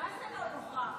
מיכאל ביטון לא נוכח?